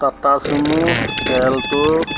Tata sumo alto